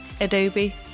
Adobe